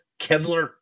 Kevlar